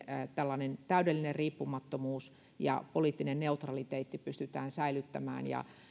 tällainen täydellinen riippumattomuus ja poliittinen neutraliteetti pystytään säilyttämään